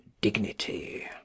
dignity